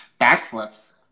Backflips